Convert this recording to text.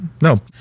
No